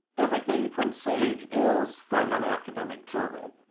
everything from sage is from an academic journal.